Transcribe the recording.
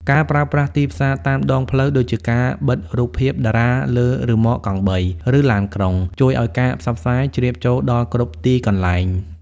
ការប្រើប្រាស់ "ទីផ្សារតាមដងផ្លូវ" ដូចជាការបិទរូបភាពតារាលើរ៉ឺម៉កកង់បី ឬឡានក្រុង ជួយឱ្យការផ្សព្វផ្សាយជ្រាបចូលដល់គ្រប់ទីកន្លែង។